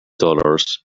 dollars